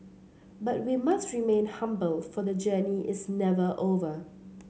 but we must remain humble for the journey is never over